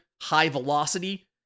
high-velocity